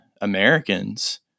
Americans